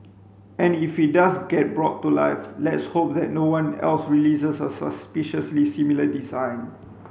and if it does get brought to life let's hope that no one else releases a suspiciously similar design